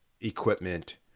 equipment